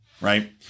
right